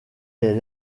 est